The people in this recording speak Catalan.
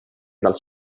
dels